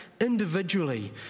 individually